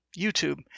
YouTube